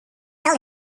told